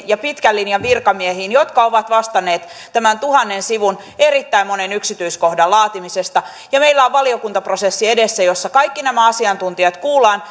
ja pitkän linjan virkamiehiin jotka ovat vastanneet tämän tuhannen sivun erittäin monen yksityiskohdan laatimisesta meillä on valiokuntaprosessi edessä jossa kaikki nämä asiantuntijat kuullaan